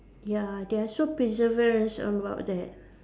ya they are so perseverance about that